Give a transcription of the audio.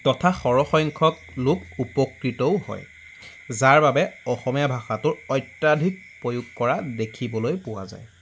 তথা সৰহসংখ্যক লোক উপকৃতও হয় যাৰ বাবে অসমীয়া ভাষাটোৰ অত্যাধিক প্ৰয়োগ কৰা দেখিবলৈ পোৱা যায়